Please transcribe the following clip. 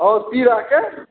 आओर तीराके